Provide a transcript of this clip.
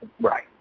Right